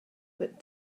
but